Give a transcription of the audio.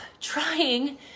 trying